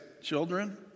children